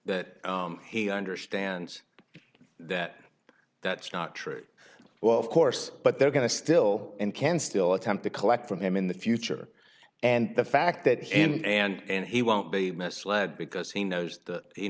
that he understands that that's not true well of course but they're going to still and can still attempt to collect from him in the future and the fact that he and he won't be misled because he knows that he